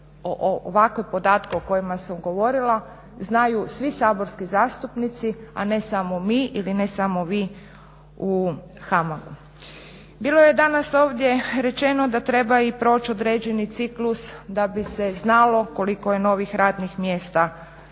da podatke o kojima sam govorila znaju svi saborski zastupnici, a ne samo mi ili ne samo vi u HAMAG-u. Bilo je danas ovdje rečeno da treba i proći određeni ciklus da bi se znalo koliko je novih radnih mjesta ustvari